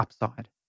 upside